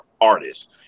artists